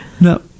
no